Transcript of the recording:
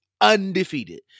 undefeated